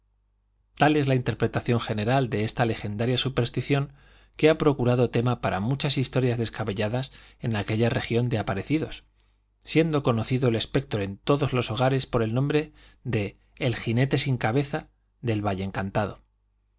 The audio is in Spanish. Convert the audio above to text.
tal es la interpretación general de esta legendaria superstición que ha procurado tema para muchas historias descabelladas en aquella región de aparecidos siendo conocido el espectro en todos los hogares por el nombre de el jinete sin cabeza del valle encantado